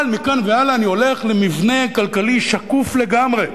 אבל מכאן ואילך אני הולך במבנה כלכלי שקוף לגמרי,